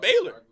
Baylor